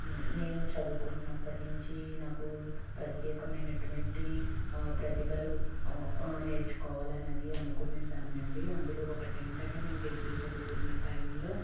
నేను చదువుకున్నప్పటినుంచి నాకు ప్రత్యేకమైనటువంటి ప్రతిభలు నేర్చుకోవాలనేది అనుకునేదాన్నండి అందులో ఒకటి ఏంటంటే నేను డిగ్రీ చదువుతున్న టైములో